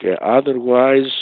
Otherwise